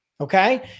okay